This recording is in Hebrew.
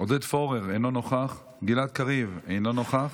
עודד פורר, אינו נוכח, גלעד קריב, אינו נוכח,